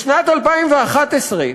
בשנת 2011,